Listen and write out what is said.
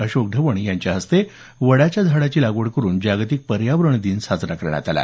अशोक ढवण यांच्या हस्ते वडाच्या झाडाची लागवड करून जागतिक पर्यावरण दिन साजरा करण्यात आला